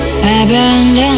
Abandoned